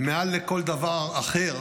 מעל לכל דבר אחר